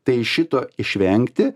tai šito išvengti